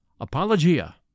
Apologia